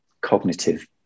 cognitive